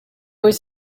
was